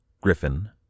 Griffin